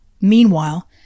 Meanwhile